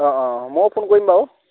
অঁ অঁ মই ফোন কৰিম বাৰু